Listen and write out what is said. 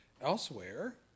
elsewhere